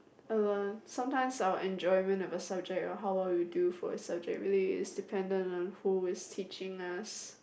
I learn sometimes our enjoyment of a subject or how well you do for a subject really is dependent on who is teaching us